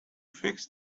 fix